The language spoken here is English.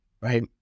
Right